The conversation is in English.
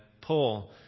pull